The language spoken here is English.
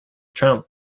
trump